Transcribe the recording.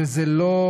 וזה לא